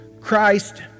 Christ